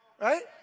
Right